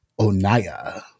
Onaya